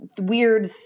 weird